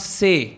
say